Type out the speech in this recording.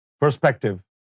perspective